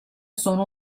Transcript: sono